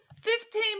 Fifteen